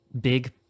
big